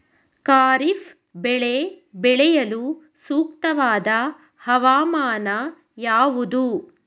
ಖಾರಿಫ್ ಬೆಳೆ ಬೆಳೆಯಲು ಸೂಕ್ತವಾದ ಹವಾಮಾನ ಯಾವುದು?